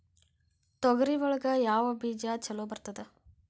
ತೊಗರಿ ಒಳಗ ಯಾವ ಬೇಜ ಛಲೋ ಬರ್ತದ?